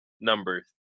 number